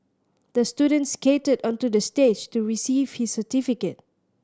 the student skated onto the stage to receive his certificate